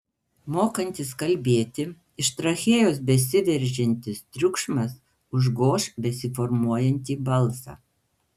mokantis kalbėti iš trachėjos besiveržiantis triukšmas užgoš besiformuojantį balsą